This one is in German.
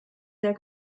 der